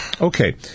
Okay